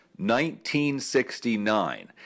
1969